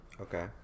Okay